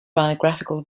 biographical